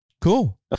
Cool